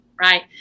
right